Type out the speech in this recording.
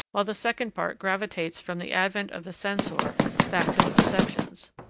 while the second part gravitates from the advent of the censor back to the perceptions.